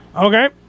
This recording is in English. Okay